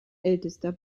ältester